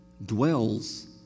dwells